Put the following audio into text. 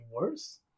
worse